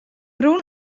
rûn